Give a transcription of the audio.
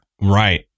Right